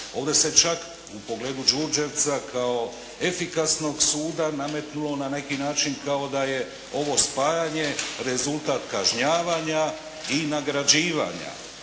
Ovdje se čak u pogledu Đurđevca kao efikasnog suda nametnuo na neki način kao da je ovo spajanje rezultat kažnjavanja i nagrađivanja.